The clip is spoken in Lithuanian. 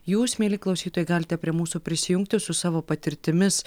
jūs mieli klausytojai galite prie mūsų prisijungti su savo patirtimis